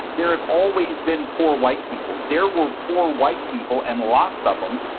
and there have always been poor white people. there were poor white people, and lots of em,